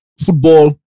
football